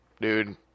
dude